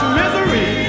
misery